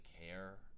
care